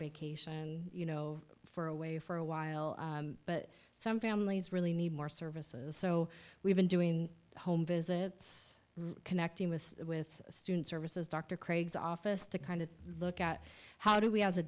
vacation you know for away for a while but some families really need more services so we've been doing home visits connecting with with student services dr craig's office to kind of look at how do we